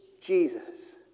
Jesus